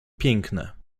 piękne